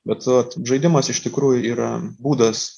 bet vat žaidimas iš tikrųjų yra būdas